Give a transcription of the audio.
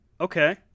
Okay